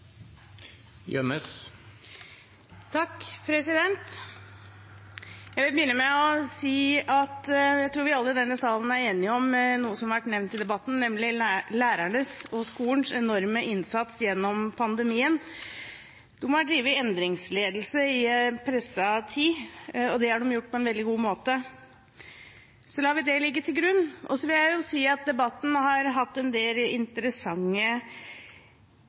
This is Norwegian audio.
Jeg vil begynne med å si at jeg tror vi alle i denne salen er enige om noe som har vært nevnt i debatten, nemlig lærernes og skolens enorme innsats gjennom pandemien. De har drevet endringsledelse i en presset tid, og det har de gjort på en veldig god måte – og så lar vi det ligge til grunn. Så vil jeg si at debatten har hatt en